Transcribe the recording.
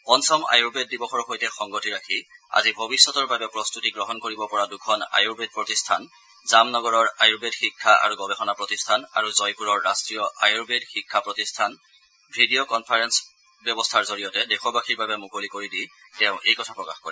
পঞ্চম আয়ুৰ্বেদ দিৱসৰ সৈতে সংগতি ৰাখি আজি ভৰিষ্যতৰ বাবে প্ৰস্ত্বতি গ্ৰহণ কৰিব পৰা দুখন আয়ুৰ্বেদ প্ৰতিষ্ঠান জাম নগৰৰ আয়ুৰ্বেদ শিক্ষা আৰু গৱেষণা প্ৰতিষ্ঠান আৰু জয়পুৰৰ ৰাষ্ট্ৰীয় আয়ুৰ্বেদ শিক্ষা প্ৰতিষ্ঠান ভিডিঅ' কনফাৰেঞ্চ ব্যৱস্থাৰ জৰিয়তে দেশবাসীৰ বাবে মুকলি কৰি দি তেওঁ এই কথা প্ৰকাশ কৰে